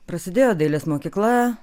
prasidėjo dailės mokykla